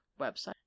website